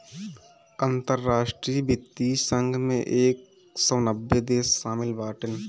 अंतरराष्ट्रीय वित्तीय संघ मे एक सौ नब्बे देस शामिल बाटन